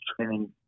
training